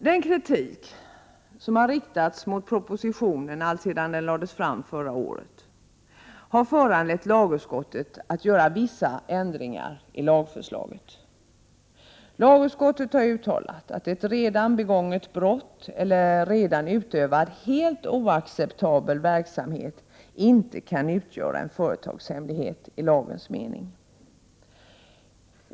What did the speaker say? Den kritik som har riktats mot propositionen alltsedan den lades fram förra året har föranlett lagutskottet att göra vissa ändringar i lagförslaget. Lagutskottet har uttalat att ett redan begånget brott eller redan utövad, helt oacceptabel verksamhet inte kan utgöra en företagshemlighet i lagens mening.